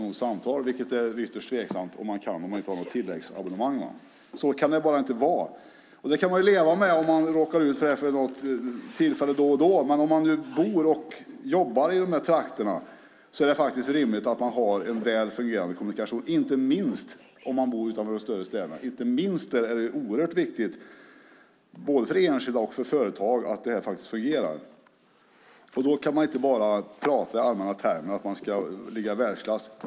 Det är ytterst tveksamt om man kan göra det om man inte har tilläggsabonnemang. Så kan det bara inte vara. Man kan leva med det om man råkar ut för det vid något tillfälle då och då. Men om man bor och jobbar i de här trakterna är det rimligt att ha väl fungerande kommunikation, inte minst om man bor utanför de större städerna. Inte minst där är det oerhört viktigt både för enskilda och för företag att det fungerar. Man kan inte bara prata i allmänna termer om att vi ska ligga i världsklass.